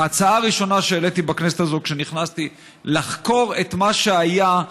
ההצעה הראשונה שהעליתי בכנסת הזו כשנכנסתי היא לחקור את מה שהיה,